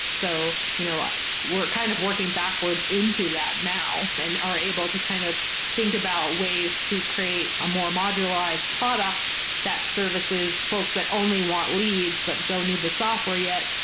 so you know we're kind of working backwards into that now and are able to kind of think about ways to create a more marginalized product that services folks that only want leads but don't need the software yet,